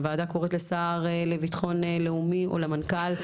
הוועדה קוראת לשר לביטחון לאומי או למנכ"ל.